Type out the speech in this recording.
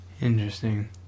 Interesting